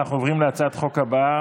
אנחנו עוברים להצעת החוק הבאה,